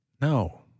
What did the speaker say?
no